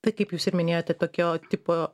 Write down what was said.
tai kaip jūs ir minėjote tokio tipo